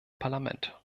parlament